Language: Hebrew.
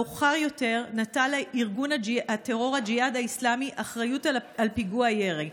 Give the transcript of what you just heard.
מאוחר יותר נטל ארגון הטרור הג'יהאד האסלאמי אחריות על פיגוע הירי.